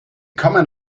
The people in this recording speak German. kommen